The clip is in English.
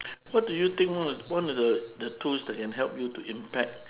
what do you think one one of the the tools that can help you to impact